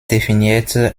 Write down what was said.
definiert